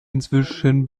inzwischen